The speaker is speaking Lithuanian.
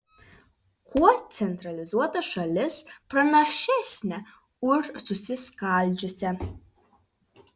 kuo centralizuota šalis pranašesnė už susiskaldžiusią